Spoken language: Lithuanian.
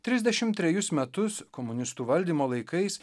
trisdešimt trejus metus komunistų valdymo laikais